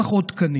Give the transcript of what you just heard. צריך עוד תקנים,